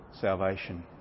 salvation